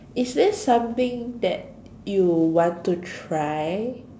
is there something that you want to try